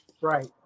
Right